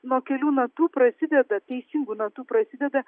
nuo kelių natų prasideda teisingų natų prasideda